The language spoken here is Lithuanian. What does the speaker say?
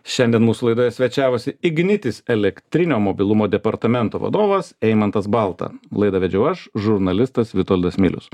šiandien mūsų laidoje svečiavosi ignitis elektrinio mobilumo departamento vadovas eimantas balta laidą vedžiau aš žurnalistas vitoldas milius